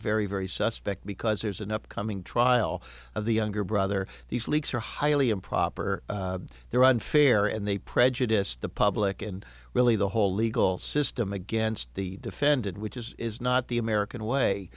very very suspect because there's an upcoming trial of the younger brother these leaks are highly improper they're unfair and they prejudiced the public and really the whole legal system against the defendant which is not the american way